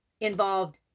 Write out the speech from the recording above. involved